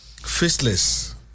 Faceless